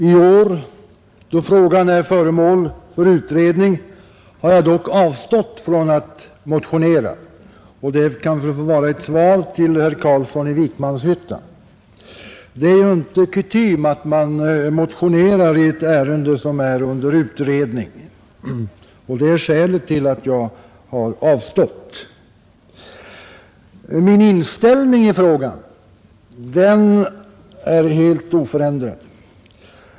I år, då frågan är föremål för utredning, har jag dock avstått från att motionera. Det kan få vara ett svar till herr Carlsson i Vikmanshyttan, som undrade varför det var så få motioner i år. Det är ju inte kutym att man motionerar i ett ärende som är under utredning, och det är också skälet till att jag har avstått därifrån. Min inställning i frågan är däremot helt oförändrad.